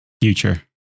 future